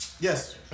Yes